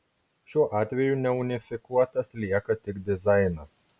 šiuo atveju neunifikuotas lieka tik dizainas